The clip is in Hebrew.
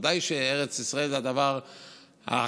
ודאי שארץ ישראל זה הדבר הקדוש.